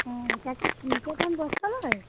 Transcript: হুম এটা কি শ্রীনিকেতন বস্ত্রালয়